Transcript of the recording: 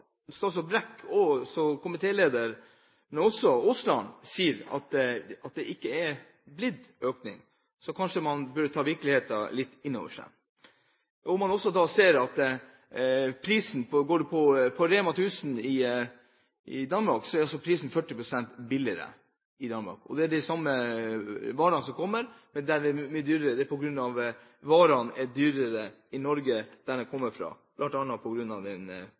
statsråd Brekk og komitélederen, Terje Aasland, sier at det ikke er blitt en økning, burde man kanskje ta virkeligheten litt inn over seg. Når man også ser på Rema 1000 i Danmark, er prisene 40 pst. lavere der. Det er de samme varene som selges, men varene er dyrere i Norge, der de kommer fra, bl.a. på grunn av den